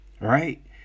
right